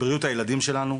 בבריאות הילדים שלנו,